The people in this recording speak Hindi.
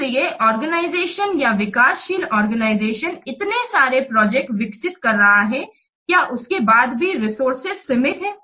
इसलिए ऑर्गेनाइजेशन या विकासशील ऑर्गेनाइजेशन इतने सारे प्रोजेक्ट विकसित उसके कर रहा है क्या के बाद भी रिसोर्सेज सीमित हैं